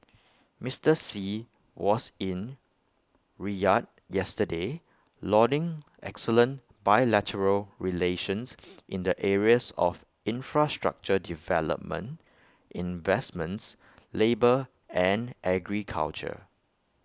Mister Xi was in Riyadh yesterday lauding excellent bilateral relations in the areas of infrastructure development investments labour and agriculture